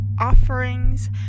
offerings